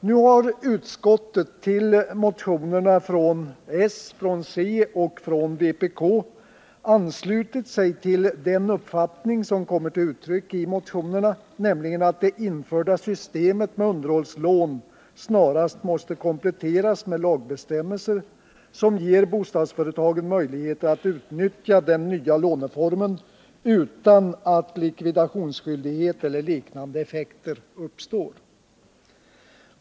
Nu har utskottet anslutit sig till den uppfattning som kommer till uttryck i motionerna från s, c och vpk, nämligen att det införda systemet med underhållslån snarast måste kompletteras med lagbestämmelser, som ger bostadsföretagen möjlighet att utnyttja den nya låneformen utan att likvidationsskyldighet eller liknande effekter uppstår.